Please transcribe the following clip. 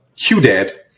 Q-Dad